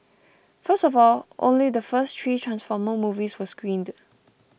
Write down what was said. first of all only the first three Transformer movies were screened